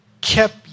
kept